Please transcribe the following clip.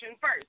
first